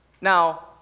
Now